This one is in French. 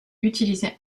utilisait